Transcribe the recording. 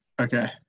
Okay